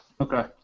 Okay